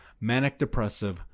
manic-depressive